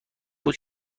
بود